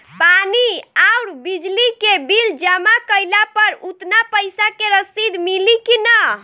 पानी आउरबिजली के बिल जमा कईला पर उतना पईसा के रसिद मिली की न?